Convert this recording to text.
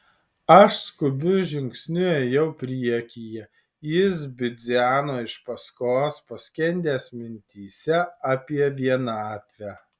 aš skubiu žingsniu ėjau priekyje jis bidzeno iš paskos paskendęs mintyse apie vienatvę